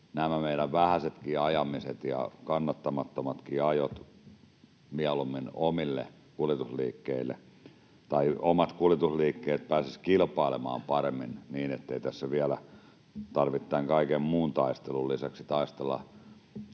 nämä meidän vähäisetkin ajamiset ja kannattamattomatkin ajot mieluummin omille kuljetusliikkeille, tai omat kuljetusliikkeet pääsisivät kilpailemaan paremmin, niin ettei tässä vielä tarvitse tämän kaiken muun taistelun lisäksi taistella